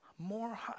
more